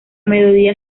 melodía